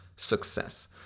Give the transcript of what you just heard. success